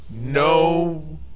No